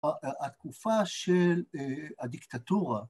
ה-התקופה של הדיקטטורה,